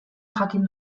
jakin